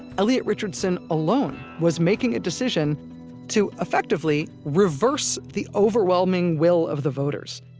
elliot richardson alone was making a decision to effectively reverse the overwhelming will of the voters.